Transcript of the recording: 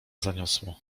zaniosło